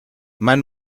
mein